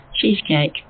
cheesecake